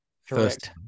First